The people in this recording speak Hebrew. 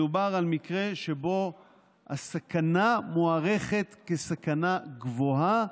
מדובר במקרה שבו הסכנה מוערכת כסכנה גבוהה